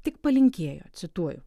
tik palinkėjo cituoju